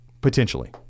potentially